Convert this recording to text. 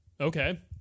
Okay